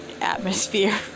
atmosphere